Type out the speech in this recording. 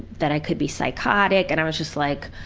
that i could be psychotic and i was just like.